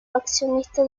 accionista